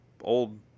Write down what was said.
old